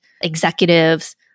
executives